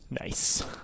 Nice